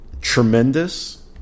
tremendous